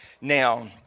Now